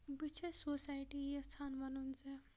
بہٕ چھس سوسایٹی یَژھان وَنُن زِ